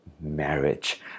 marriage